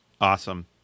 Awesome